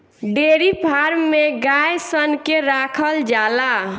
dairy farm में गाय सन के राखल जाला